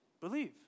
Believe